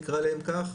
נקרא להם כך,